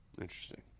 Interesting